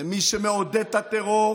ומי שמעודד את הטרור